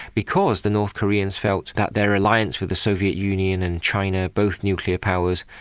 because the north koreans felt that their alliance with the soviet union and china, both nuclear powers,